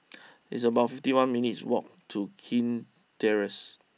it's about fifty one minutes' walk to Kew Terrace